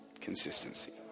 Consistency